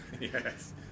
yes